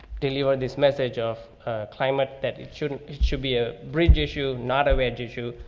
deliver this message of a climate that it shouldn't, it should be a bridge issue, not a wedge issue.